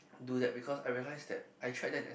do that because I realized that I tried that as